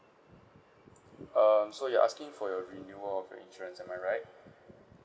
um so you're asking for your renewal of your insurance am I right